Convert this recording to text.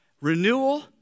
renewal